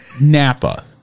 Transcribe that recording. Napa